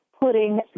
putting